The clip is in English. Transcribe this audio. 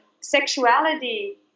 sexuality